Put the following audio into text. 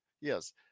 yes